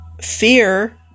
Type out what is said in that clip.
fear